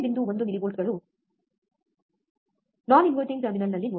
1 ಮಿಲಿವೋಲ್ಟ್ಗಳು ತಲೆಕೆಳಗಾಗದ ಟರ್ಮಿನಲ್ನಲ್ಲಿ ನೋಡೋಣ